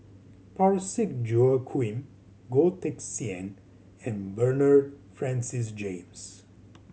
Parsick Joaquim Goh Teck Sian and Bernard Francis James